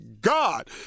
God